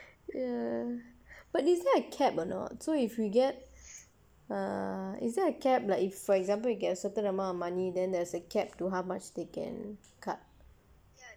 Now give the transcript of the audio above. ya but is there a cap or not so if we get err is there a cap like if for example you get a certain amount of money then there's a cap to how much they can cut